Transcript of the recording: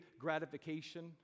Gratification